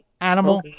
animal